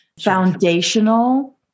foundational